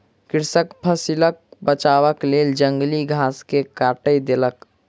कृषक फसिलक बचावक लेल जंगली घास के काइट देलक